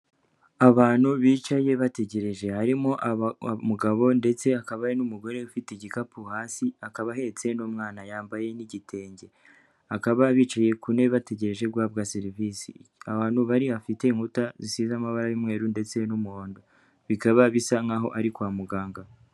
Abantu bicaye bategereje, harimo umugabo ndetse akaba n'umugore ufite igikapu hasi, akaba ahetse n'umwana, yambaye n'igitenge. Bakaba bicaye ku ntebe bategereje guhabwa serivisi. Ahantu bari hafite inkuta zisize amabara y'umweru ndetse n'umuhondo, bikaba bisa nkaho ari kwa muganga.